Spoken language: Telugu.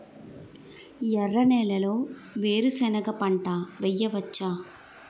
ఎర్ర నేలలో వేరుసెనగ పంట వెయ్యవచ్చా?